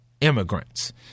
immigrants